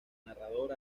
narrador